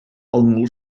ongl